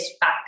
back